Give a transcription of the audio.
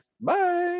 Bye